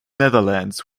netherlands